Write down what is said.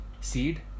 seed